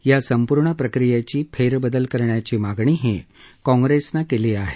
या संपूर्ण प्रक्रियेची फेरबदल करण्याची मागणीही काँग्रेसनं केली आहे